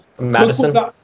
Madison